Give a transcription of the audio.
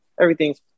everything's